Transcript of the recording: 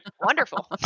wonderful